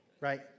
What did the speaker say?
right